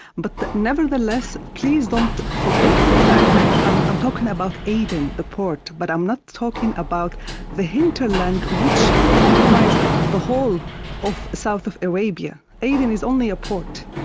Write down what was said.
but nevertheless, please don't forget the fact that i'm i'm talking about aden the port, but i'm not talking about the hinterland which compromised the whole of south of arabia. aden is only a port.